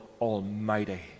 Almighty